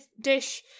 dish